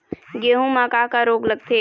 गेहूं म का का रोग लगथे?